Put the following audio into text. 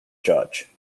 judge